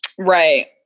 Right